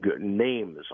names